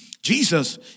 Jesus